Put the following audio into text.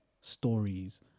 stories